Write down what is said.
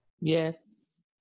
Yes